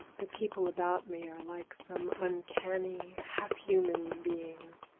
the people about me are like some uncanny, half-human beings.